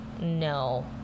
No